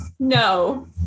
no